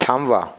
थांबवा